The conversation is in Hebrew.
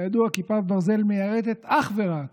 כידוע, כיפת ברזל מיירטת אך ורק